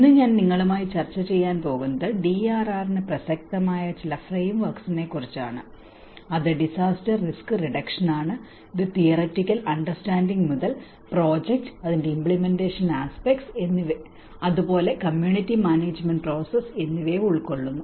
ഇന്ന് ഞാൻ നിങ്ങളുമായി ചർച്ച ചെയ്യാൻ പോകുന്നത് ഡിആർആറിന് പ്രസക്തമായ ചില ഫ്രെയിംവർക്സിനെ കുറിച്ചാണ് അത് ഡിസാസ്റ്റർ റിസ്ക് റിഡക്ഷൻ ആണ് ഇത് തിയററ്റിക്കൽ അണ്ടർസ്റ്റാന്ഡിങ് മുതൽ പ്രോജക്റ്റ് അതിന്റെ ഇമ്പ്ലിമെന്റേഷൻ ആസ്പെക്ടസ് അതുപോലെ കമ്മ്യൂണിറ്റി മാനേജ്മെന്റ് പ്രോസസ്സ് എന്നിവയെ ഉൾക്കൊള്ളുന്നു